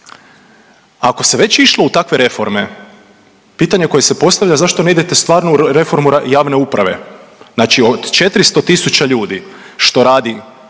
Ako se već išlo u takve reforme, pitanje koje se postavlja, zašto ne idete stvarno u reformu javne uprave? Znači od 400 tisuća ljudi što radi,